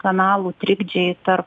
kanalų trikdžiai tarp